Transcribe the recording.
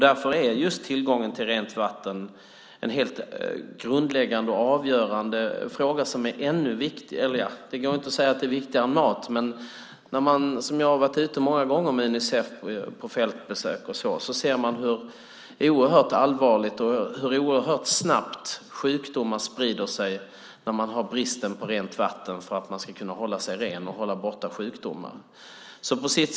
Därför är just tillgången till rent vatten en helt grundläggande och avgörande fråga som är oerhört viktig, även om man inte kan säga att den är viktigare än mat. Men när man som jag har varit ute många gånger med Unicef på fältbesök ser man hur oerhört allvarligt och hur oerhört snabbt sjukdomar sprider sig när det är brist på rent vatten för att människor ska kunna hålla sig rena och hålla sjukdomar borta.